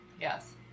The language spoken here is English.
yes